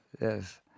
yes